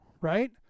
Right